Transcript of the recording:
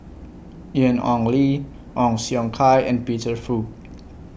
Ian Ong Li Ong Siong Kai and Peter Fu